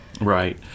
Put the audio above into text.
Right